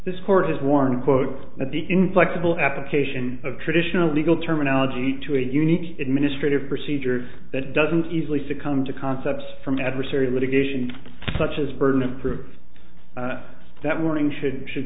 this court is one quote that the inflexible application of traditional legal terminology to a unique administrative procedure that doesn't easily succumb to concepts from adversarial litigation such as burden of proof that morning should and should